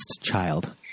child